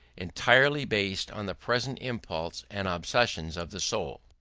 entirely based on the present impulses and obsessions of the soul.